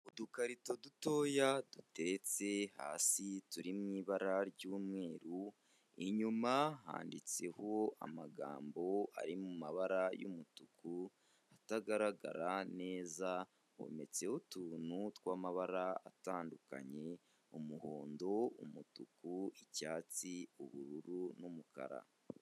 Udukarito dutoya duteretse hasi turi mu ibara ry'umweru, inyuma handitseho amagambo ari mu mabara y'umutuku atagaragara neza, hometseho utuntu tw'amabara atandukanye: umuhondo, umutuku, icyatsi, ubururu n'umukara.